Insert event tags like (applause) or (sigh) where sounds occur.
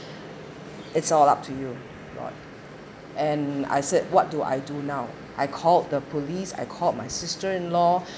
it's all up to you lord and I said what do I do now I called the police I called my sister-in-law (breath)